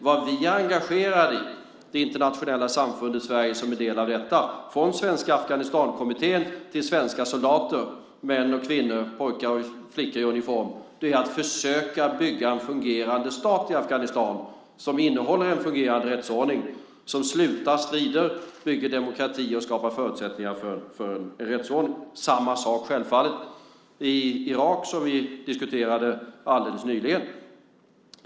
Vad vi är engagerade i, det internationella samfundet och Sverige som en del av detta, från Svenska Afghanistankommittén till svenska soldater, män och kvinnor, pojkar och flickor i uniform, är att försöka bygga en fungerande stat i Afghanistan som innehåller en fungerande rättsordning, som slutar strida, bygger demokrati och skapar förutsättningar för en rättsordning. Det är självfallet samma sak i Irak, som vi diskuterade alldeles nyligen.